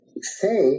say